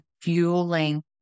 fueling